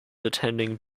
attending